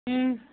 ꯎꯝ